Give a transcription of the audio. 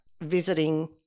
visiting